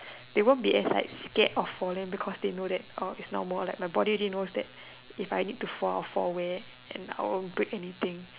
they won't be as like scared of falling because they know that uh it's not more like my body already knows that if I need to fall I fall where and I will break anything